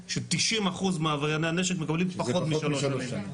ו-90% מעברייני הנשק מקבלים פחות משלוש שנים.